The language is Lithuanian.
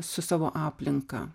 su savo aplinka